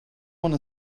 wanta